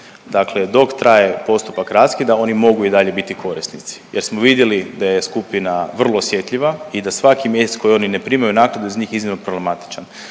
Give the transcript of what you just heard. Dakle dok traje postupak raskida, oni mogu i dalje biti korisnici jer smo vidjeli da je skupina vrlo osjetljiva i da je svaki mjesec koji oni ne primaju naknadu je za njih iznimno problematičan,